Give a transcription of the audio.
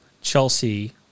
Chelsea